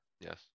Yes